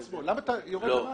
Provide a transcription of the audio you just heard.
למה אתה יורד למטה?